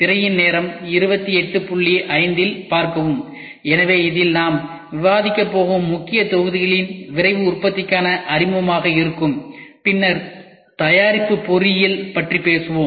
திரையின் நேரம் 2805 இல் பார்க்கவும் எனவே இதில் நாம் விவாதிக்கப் போகும் முக்கிய தொகுதிகள் விரைவு உற்பத்திக்கான அறிமுகமாக இருக்கும் பின்னர் தயாரிப்பு பொறியியல் பற்றி பேசுவோம்